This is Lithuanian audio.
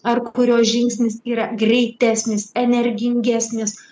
ar kurio žingsnis yra greitesnis energingesnis